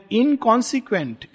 inconsequent